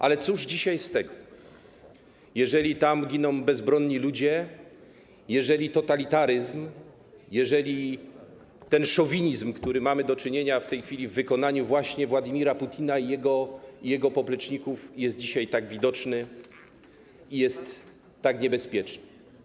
Ale cóż dzisiaj z tego, jeżeli tam giną bezbronni ludzie, jeżeli totalitaryzm, jeżeli ten szowinizm, z którym mamy do czynienia w tej chwili w wykonaniu właśnie Władimira Putina i jego popleczników, jest dzisiaj tak widoczny i jest tak niebezpieczny.